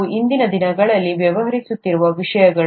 ನಾವು ಇಂದಿನ ದಿನಗಳಲ್ಲಿ ವ್ಯವಹರಿಸುತ್ತಿರುವ ವಿಷಯಗಳು